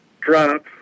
drop